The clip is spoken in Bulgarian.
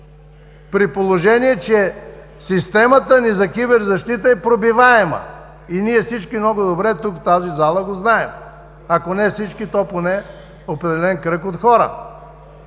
При положение че системата ни за киберзащита е пробиваема и всички ние тук в тази зала го знаем много добре. Ако не всички, то поне определен кръг от хора.